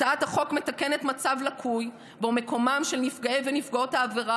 הצעת החוק מתקנת מצב לקוי שבו מקומם של נפגעי ונפגעות העבירה